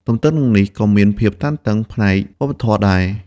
ទន្ទឹមនឹងនេះ ក៏មានភាពតានតឹងផ្នែកវប្បធម៌ដែរ។